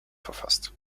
verfasst